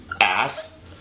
ass